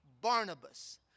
Barnabas